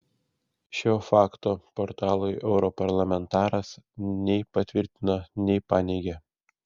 šio fakto portalui europarlamentaras nei patvirtino nei paneigė